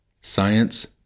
Science